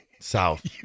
South